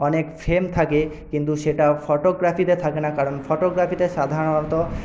অনেক ফ্রেম থাকে কিন্তু সেটা ফটোগ্রাফিতে থাকে না কারণ ফটোগ্রাফিতে সাধারণত